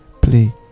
play